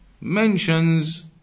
mentions